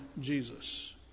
Jesus